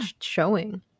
showing